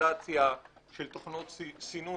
סטנדרטיזציה של תוכנות סינון